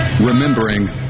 Remembering